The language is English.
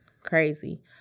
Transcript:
crazy